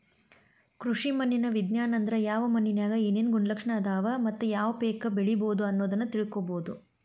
ಕೃಷಿ ಮಣ್ಣಿನ ವಿಜ್ಞಾನ ಅಂದ್ರ ಯಾವ ಮಣ್ಣಿನ್ಯಾಗ ಏನೇನು ಗುಣಲಕ್ಷಣ ಅದಾವ ಮತ್ತ ಯಾವ ಪೇಕ ಬೆಳಿಬೊದು ಅನ್ನೋದನ್ನ ತಿಳ್ಕೋಬೋದು